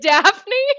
Daphne